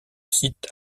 site